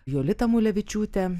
jolita mulevičiūtė